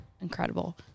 Incredible